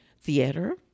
theater